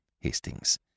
Hastings